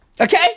Okay